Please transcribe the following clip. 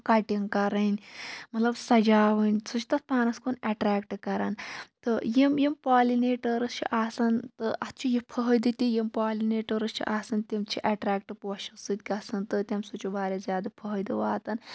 cutting کَرٕنۍ مطلب شجاوٕنۍ سُہ چھِ تَتھ پانَس کُن اَٹریکٹہٕ کَران تہٕ یِم یِم پالِنیٹٲرٕس چھِ آسان تہٕ اَتھ چھُ یہِ فٲیِدٕ تہِ یِم پالِنیٹٲرٕس چھِ آسان تِم چھِ اَٹریکٹہٕ پوشس سۭتۍ گَژھان تہٕ تَمہِ سۭتۍ چھُ واریاہ زیادٕ فٲیِدٕ واتان